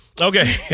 okay